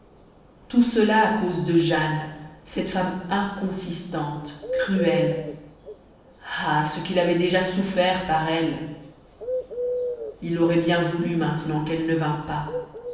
tout cela à cause de jane cette femme inconsistante cruelle ah ce qu'il avait déjà souffert par elle il aurait bien voulu maintenant qu'elle ne vînt pas